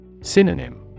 Synonym